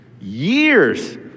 years